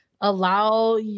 allow